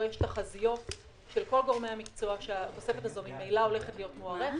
יש תחזיות של כל גורמי המקצוע שהתוספת הזאת ממילא הולכת להיות מאורכת.